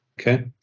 Okay